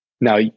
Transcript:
Now